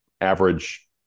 average